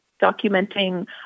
documenting